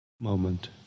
moment